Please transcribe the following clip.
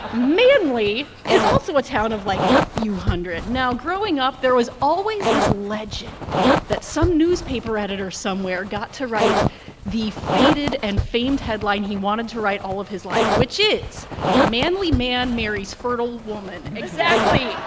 manly is also a town of, like, a few hundred. now, growing up, there was always this legend that some newspaper editor somewhere got to write the fated and famed headline he wanted to write all of his life, which is manly man marries fertile woman. exactly